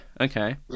okay